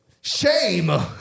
Shame